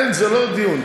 אין, זה לא דיון.